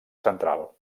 central